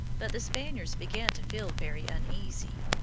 but the spaniards began to feel very uneasy.